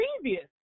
previous